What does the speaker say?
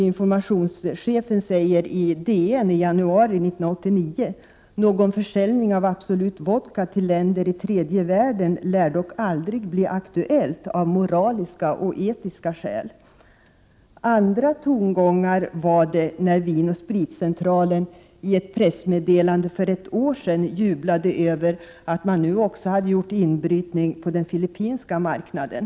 Informationschefen säger följande i Dagens Nyheter i januari 1989: ”Någon försäljning av Absolut Vodka till länder i tredje världen lär dock aldrig bli aktuell av moraliska och etiska skäl”. Andra tongångar var det när Vin & Spritcentralen i ett pressmeddelande för ett år sedan jublade över att man nu också hade gjort en inbrytning på den filippinska marknaden.